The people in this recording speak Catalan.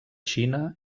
xina